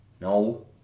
No